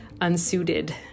unsuited